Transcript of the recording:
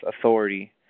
authority